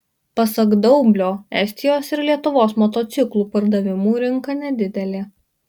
pasak daublio estijos ir lietuvos motociklų pardavimų rinka nedidelė